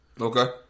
Okay